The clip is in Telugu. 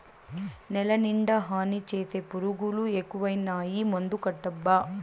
నేలనిండా హాని చేసే పురుగులు ఎక్కువైనాయి మందుకొట్టబ్బా